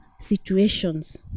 situations